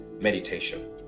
meditation